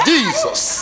Jesus